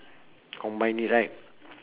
combine it right